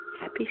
happy